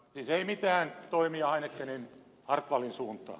siis ei mitään toimia heinekenin hartwallin suuntaan